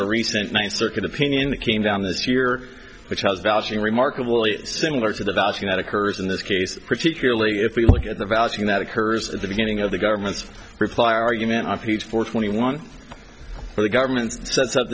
the recent ninth circuit opinion that came down this year which has valjean remarkably similar to the fallacy that occurs in this case particularly if we look at the value that occurs at the beginning of the government's reply argument for twenty one for the government sets up